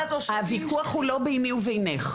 הוויכוח הוא לא ביני ובינך.